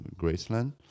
Graceland